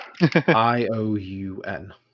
I-O-U-N